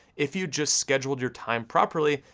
if you just scheduled your time properly,